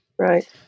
Right